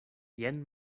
jen